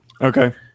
Okay